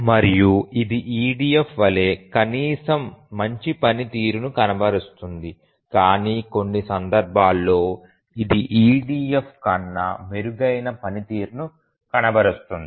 మరియు ఇది EDF వలె కనీసం మంచి పని తీరును కనబరుస్తుంది కానీ కొన్ని సందర్భాల్లో ఇది EDF కన్నా మెరుగైన పనితీరును కనబరుస్తుంది